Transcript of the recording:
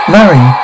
Larry